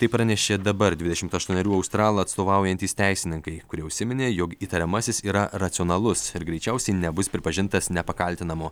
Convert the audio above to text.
tai pranešė dabar dvidešimt aštuonerių australą atstovaujantys teisininkai kurie užsiminė jog įtariamasis yra racionalus ir greičiausiai nebus pripažintas nepakaltinamu